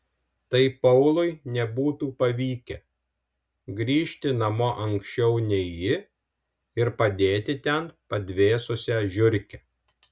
tai paului nebūtų pavykę grįžti namo anksčiau nei ji ir padėti ten padvėsusią žiurkę